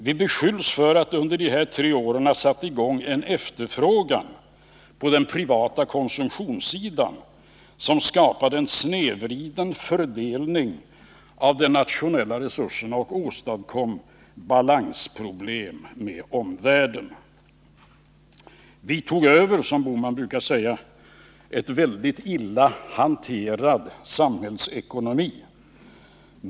Vi beskylls för att under dessa tre år ha satt i gång en efterfrågan på den privata konsumtionssidan som skapade en snedvriden fördelning av de nationella resurserna och åstadkom balansproblem för vårt land i förhållande till omvärlden. Gösta Bohman brukar säga: Vi tog över en illa hanterad samhällsekonomi.